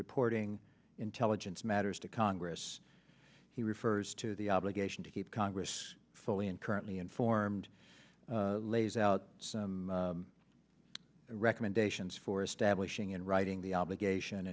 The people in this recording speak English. reporting intelligence matters to congress he refers to the obligation to keep congress fully and currently informed lays out some recommendations for establishing in writing the obligation